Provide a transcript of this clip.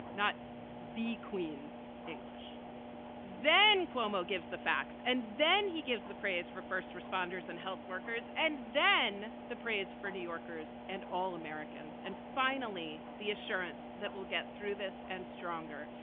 not the queen's english then cuomo gives the facts and then he gives the praise for first responders and health workers and then the praise for new yorkers and all americans. and finally, the assurance that we'll get through this and stronger.